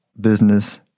business